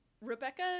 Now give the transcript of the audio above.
Rebecca